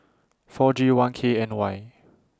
four G one K N Y